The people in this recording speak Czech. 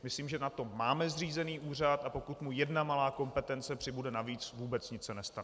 Myslím, že na to máme zřízený úřad, a pokud mu jedna malá kompetence přibude navíc, vůbec nic se nestane.